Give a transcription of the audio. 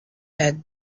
had